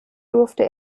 durfte